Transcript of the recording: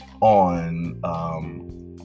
on